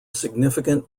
significant